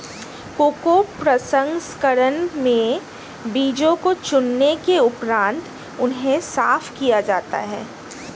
cocoa प्रसंस्करण में बीजों को चुनने के उपरांत उन्हें साफ किया जाता है